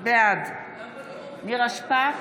בעד נירה שפק,